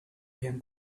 him